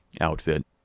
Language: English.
outfit